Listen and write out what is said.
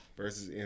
versus